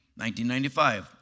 1995